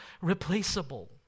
replaceable